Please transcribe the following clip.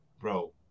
bro